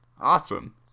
Awesome